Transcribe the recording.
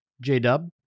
J-dub